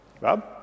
Rob